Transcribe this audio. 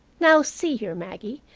now, see here, maggie,